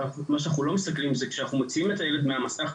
אבל מה שאנחנו לא מסתכלים זה כשאנחנו מוציאים את הילד מהמסך.